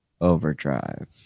Overdrive